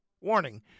Warning